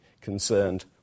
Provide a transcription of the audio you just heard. concerned